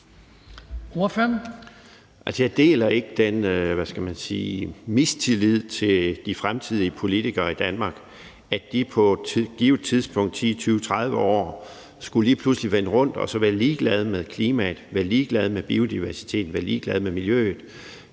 man sige, mistillid til de fremtidige politikere i Danmark, nemlig at de på et givet tidspunkt om 10 eller 20 eller 30 år lige pludselig skulle vende rundt og være ligeglade med klimaet, være ligeglade med biodiversiteten, være ligeglade med miljøet.